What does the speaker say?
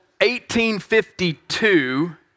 1852